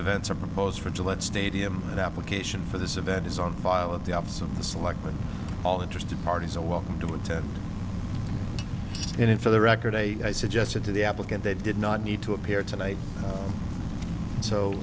events are proposed for gillette stadium and application for this event is on file at the office of the selectmen all interested parties are welcome to attend and in for the record i suggested to the applicant they did not need to appear tonight